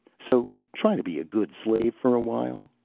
so try to be a good slave for a while.